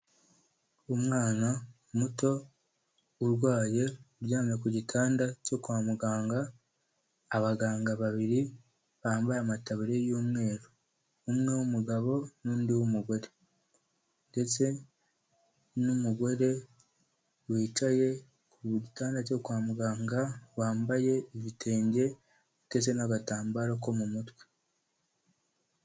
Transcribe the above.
Umwana muto urwaye uryamye ku gitanda cyo kwa muganga, abaganga babiri bambaye amataburiye y'umweru, umwe w'umugabo n'undi w'umugore, ndetse n'umugore wicaye ku gitanda cyo kwa muganga, wambaye ibitenge ndetse n'agatambaro ko mu mutwe.